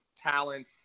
talent